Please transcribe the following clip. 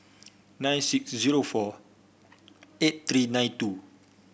nine six zero four eight three nine two